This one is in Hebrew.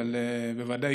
אבל בוודאי,